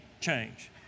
change